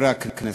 חברי הכנסת.